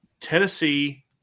Tennessee